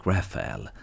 Raphael